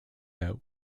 out